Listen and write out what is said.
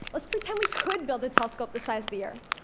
let's pretend we could build a telescope the size of the earth.